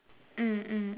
mm mm